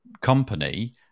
company